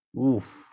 Oof